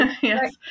Yes